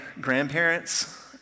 grandparents